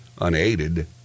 unaided